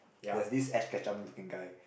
there's this Ash-Ketchum looking guy